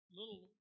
little